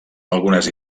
algunes